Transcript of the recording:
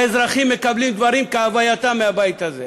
האזרחים מקבלים דברים כהווייתם מהבית הזה,